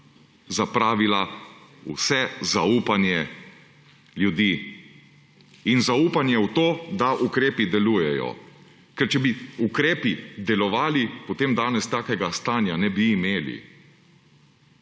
zapravila vse zaupanje ljudi in zaupanje v to, da ukrepi delujejo. Ker če bi ukrepi delovali, potem danes takega stanja ne bi imeli.